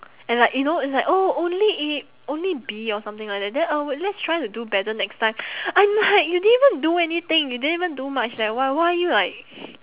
and like you know it's like oh only A only B or something like that then uh let's try to do better next time I'm like you didn't even do anything you didn't even do much eh why why are you like